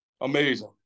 Amazing